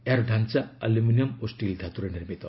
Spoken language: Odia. ଏହାର ଡ଼ାଞ୍ଚା ଆଲ୍ରମିନିୟମ୍ ଓ ଷ୍ଟିଲ୍ ଧାତ୍ରରେ ନିର୍ମିତ